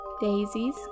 daisies